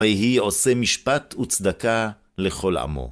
ויהי עושה משפט וצדקה לכל עמו.